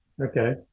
okay